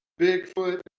Bigfoot